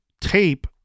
tape